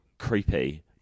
creepy